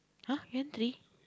(huh) gantry